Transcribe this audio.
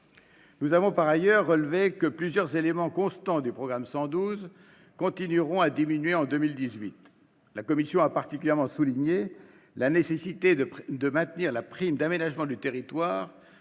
Nous avons par ailleurs relevé que plusieurs éléments constants du programme 112 continueront de diminuer en 2018. La commission a particulièrement souligné la nécessité de maintenir à un niveau suffisant